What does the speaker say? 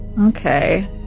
Okay